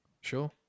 Sure